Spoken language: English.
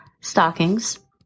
stockings